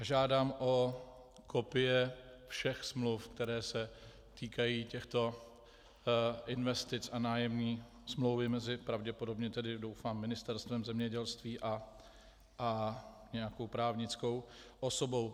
Žádám o kopie všech smluv, které se týkají těchto investic, a nájemní smlouvy mezi pravděpodobně, tedy doufám Ministerstvem zemědělství a nějakou právnickou osobou.